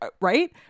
Right